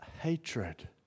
hatred